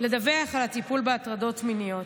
לדווח על הטיפול בהטרדות מיניות.